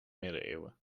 middeleeuwen